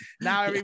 Now